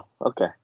okay